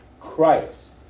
Christ